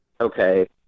Okay